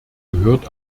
gehört